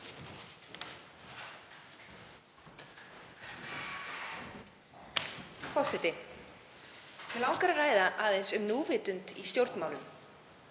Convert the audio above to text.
Forseti. Mig langar að ræða aðeins um núvitund í stjórnmálum.